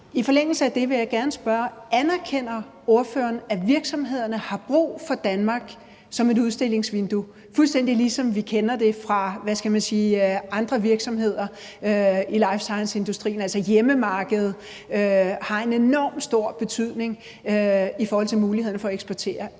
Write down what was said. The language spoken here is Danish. i forlængelse af det, at virksomhederne har brug for Danmark som et udstillingsvindue, fuldstændig ligesom vi kender det fra, hvad skal man sige, andre virksomheder i life science-industrien, hvor hjemmemarkedet har en enormt stor betydning i forhold til mulighederne for at eksportere?